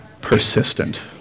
Persistent